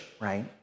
right